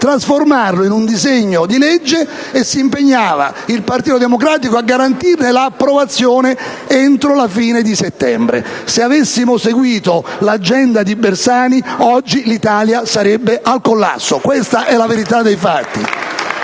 trasformarlo in un disegno di legge e il Partito Democratico s'impegnava a garantirne l'approvazione entro la fine di settembre. Se avessimo seguito l'agenda di Bersani, oggi l'Italia sarebbe al collasso. Questa è la verità dei fatti.